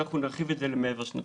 אנחנו נרחיב את זה מעבר לשנתיים.